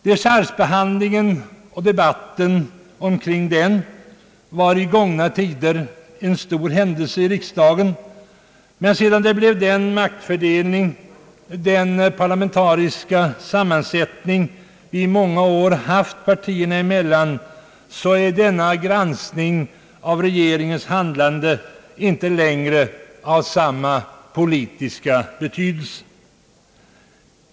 Dechargebehandlingen och debatten omkring den var i gångna tider en stor händelse i riksdagen. Sedan den maktfördelning, den parlamentariska sammansättning kommit till, vilken vi i många år haft partierna emellan, är emellertid denna granskning av regeringens handlande inte längre av samma politiska betydelse.